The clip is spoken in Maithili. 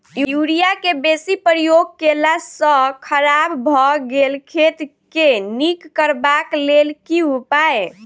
यूरिया केँ बेसी प्रयोग केला सऽ खराब भऽ गेल खेत केँ नीक करबाक लेल की उपाय?